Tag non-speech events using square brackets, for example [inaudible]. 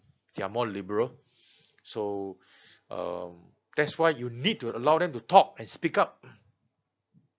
they're more liberal [breath] so um that's why you need to allow them to talk and speak up